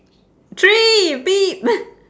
three